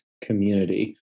community